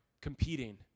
competing